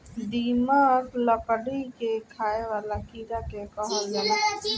दीमक, लकड़ी के खाए वाला कीड़ा के कहल जाला